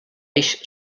eix